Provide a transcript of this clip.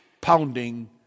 pounding